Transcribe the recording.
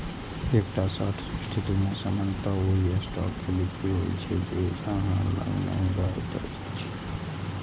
एकटा शॉर्ट स्थिति मे सामान्यतः ओइ स्टॉक के बिक्री होइ छै, जे अहां लग नहि रहैत अछि